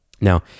Now